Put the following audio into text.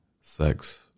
sex